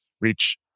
reach